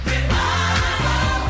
Revival